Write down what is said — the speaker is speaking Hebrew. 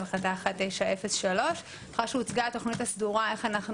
החלטה 1903. לאחר שהוצגה התוכנית הסדורה איך אנחנו